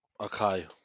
okay